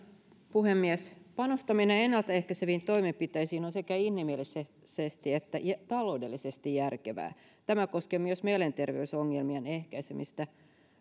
puhemies panostaminen ennaltaehkäiseviin toimenpiteisiin on sekä inhimillisesti että taloudellisesti järkevää tämä koskee myös mielenterveysongelmien ehkäisemistä